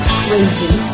crazy